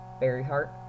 Berryheart